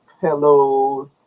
pillows